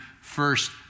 first